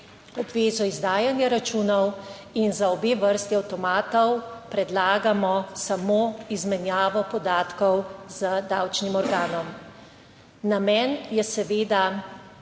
obvezo izdajanja računov in za obe vrsti avtomatov predlagamo samo izmenjavo podatkov z davčnim organom. Namen je seveda